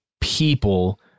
people